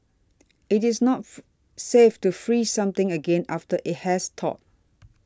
it is not safe to freeze something again after it has thawed